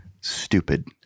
stupid